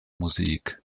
musik